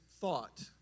thought